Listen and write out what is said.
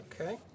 Okay